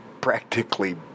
practically